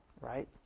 right